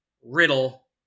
Riddle